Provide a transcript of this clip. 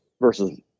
versus